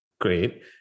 great